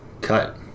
cut